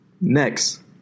Next